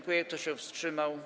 Kto się wstrzymał?